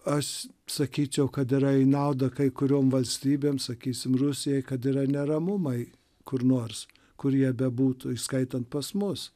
aš sakyčiau kad yra į naudą kai kuriom valstybėm sakysim rusijai kad yra neramumai kur nors kur jie bebūtų įskaitant pas mus